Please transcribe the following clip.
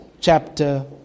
chapter